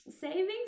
savings